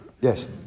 Yes